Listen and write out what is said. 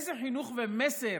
אילו חינוך ומסר